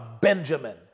Benjamin